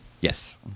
Yes